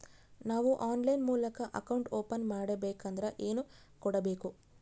ನಾವು ಆನ್ಲೈನ್ ಮೂಲಕ account open ಮಾಡಬೇಂಕದ್ರ ಏನು ಕೊಡಬೇಕು?